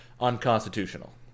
unconstitutional